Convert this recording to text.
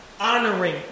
honoring